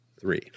three